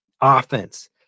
offense